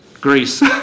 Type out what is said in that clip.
Greece